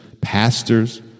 pastors